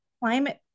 climate